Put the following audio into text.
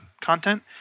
content